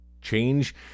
Change